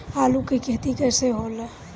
आलू के खेती कैसे होला?